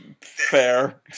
fair